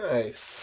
Nice